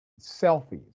selfies